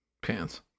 pants